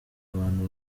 abantu